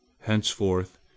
Henceforth